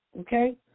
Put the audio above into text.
Okay